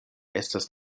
estas